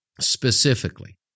specifically